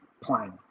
plan